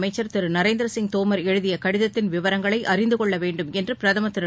அமைச்சர் திரு நரேந்திர சிங் தோமர் எழுதிய கடிதத்தின் விவரங்களை அறிந்து கொள்ள வேண்டும் என்று பிரதமர் திரு